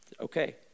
Okay